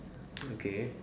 okay